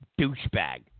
douchebag